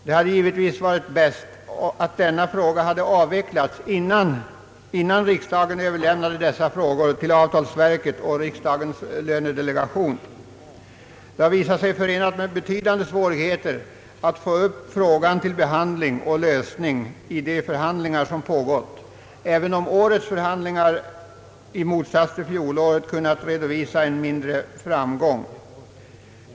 Det hade givetvis varit bäst om denna fråga hade avvecklats innan riksdagen överlämnade dessa ärenden till avtalsverket och riksdagens lönedelegation. Det har visat sig vara förenat med betydande svårigheter att få upp frågan till behandling och lösning vid de förhandlingar som pågått, även om årets förhandlingar i motsats till fjolårets kunnat redovisa en mindre framgång.